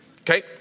Okay